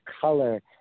color